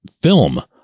film